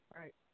Right